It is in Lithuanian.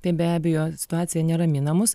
tai be abejo situacija neramina mus